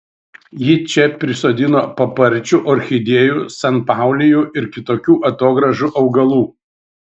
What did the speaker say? ji čia prisodino paparčių orchidėjų sanpaulijų ir kitokių atogrąžų augalų